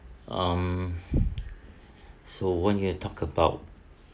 um so when you talk about